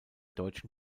deutschen